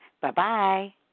Bye-bye